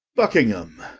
buckingham,